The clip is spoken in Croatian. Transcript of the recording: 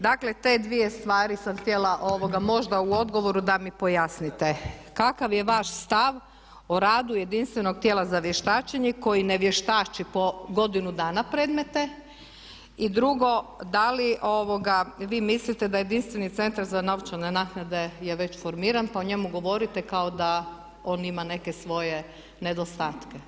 Dakle, te dvije stvari sam htjela, možda u odgovoru da mi pojasnite kakav je vaš stav o radu jedinstvenog tijela za vještačenje koji ne vještači po godinu dana predmete i drugo da li vi mislite da jedinstveni centar za novčane naknade je već formiran pa o njemu govorite kao da on ima svoje neke nedostatke.